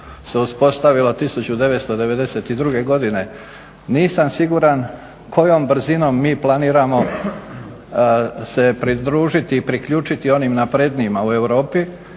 se uspostavilo 1992.godine. Nisam siguran kojom brzinom mi planiramo se pridružiti i priključiti onim naprednijima u Europi